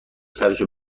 سرشو